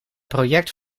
project